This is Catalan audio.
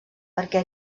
perquè